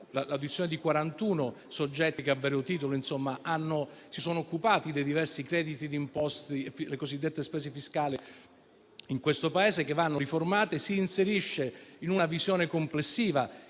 con circa di 41 soggetti che a vario titolo si sono occupati dei diversi crediti di imposta e delle cosiddette spese fiscali di questo Paese che vanno riformate. Questo tema si inserisce in una visione complessiva